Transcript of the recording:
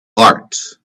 art